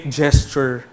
gesture